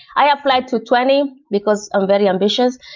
i applied to twenty, because i'm very ambitious.